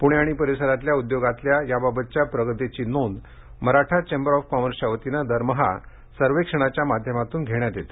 पुणे आणि परिसरातल्या उद्योगांतल्या याबाबतच्या प्रगतीची नोंद मराठा चेंबर आणि कॉमर्सच्या वतीनं दरमहा सर्वेक्षणाच्या माध्यमातून घेण्यात येते